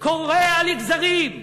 קורע לגזרים.